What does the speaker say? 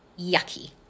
yucky